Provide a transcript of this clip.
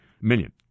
million